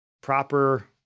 proper